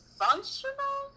functional